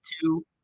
two